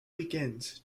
weekends